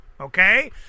Okay